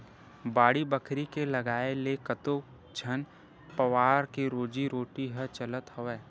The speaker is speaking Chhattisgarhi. बाड़ी बखरी के लगाए ले कतको झन परवार के रोजी रोटी ह चलत हवय